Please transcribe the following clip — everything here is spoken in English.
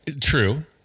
true